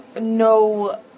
no